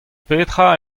petra